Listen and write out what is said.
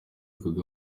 kagame